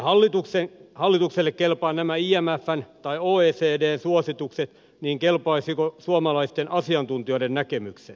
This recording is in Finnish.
elleivät hallitukselle kelpaa nämä imfn tai oecdn suositukset niin kelpaisivatko suomalaisten asiantuntijoiden näkemykset